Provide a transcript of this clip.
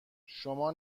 شما